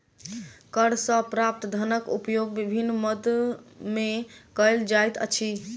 कर सॅ प्राप्त धनक उपयोग विभिन्न मद मे कयल जाइत अछि